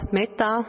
metta